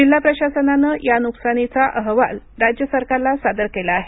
जिल्हा प्रशासनाने या नुकसानीचा अहवाल राज्य सरकारला सादर केला आहे